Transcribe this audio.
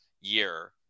year